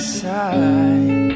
side